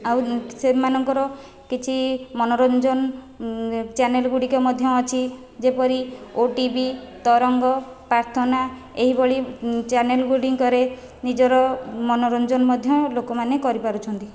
ଆଉ ସେମାନଙ୍କର କିଛି ମନୋରଞ୍ଜନ ଚ୍ୟାନେଲ ଗୁଡ଼ିକ ମଧ୍ୟ ଅଛି ଯେପରି ଓଟିଭି ତରଙ୍ଗ ପ୍ରାର୍ଥନା ଏହିଭଳି ଚ୍ୟାନେଲ ଗୁଡ଼ିକରେ ନିଜର ମନୋରଞ୍ଜନ ମଧ୍ୟ ଲୋକମାନେ କରି ପାରୁଛନ୍ତି